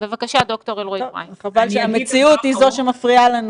אז במקום חצי שעה לשאול אותה,